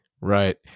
Right